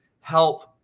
help